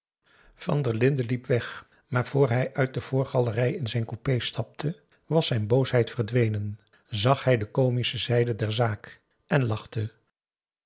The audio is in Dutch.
van der linden liep weg maar voor hij uit de voorgalerij in zijn coupé stapte was zijn boosheid verdwenen zag hij de komische zijde der zaak en lachte